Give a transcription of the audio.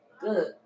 Good